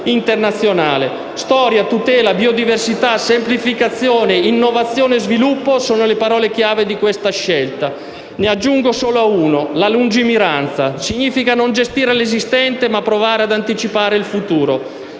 storia, tutela, biodiversità, semplificazione, innovazione e sviluppo sono le parole chiave di questa scelta. Ne aggiungo solo una: la lungimiranza. Significa non gestire l'esistente, ma provare ad anticipare il futuro.